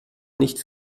nicht